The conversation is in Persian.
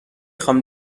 خوام